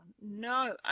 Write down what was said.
No